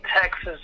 Texas